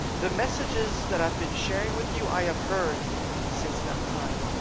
the messages that i've been sharing with you i have heard since that time.